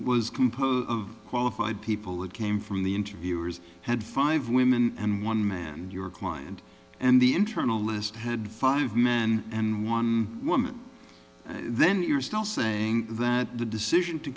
was composed of qualified people it came from the interviewers had five women and one man your client and the internal list had five men and one woman then you're still saying that the decision to